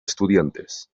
estudiantes